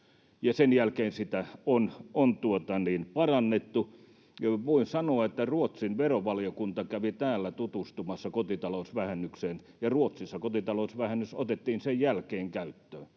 sen jälkeen sitä on parannettu. Voin sanoa, että Ruotsin verovaliokunta kävi täällä tutustumassa kotitalousvähennykseen ja Ruotsissa kotitalousvähennys otettiin sen jälkeen käyttöön.